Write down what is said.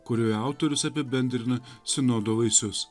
kurioje autorius apibendrina sinodo vaisius